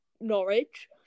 Norwich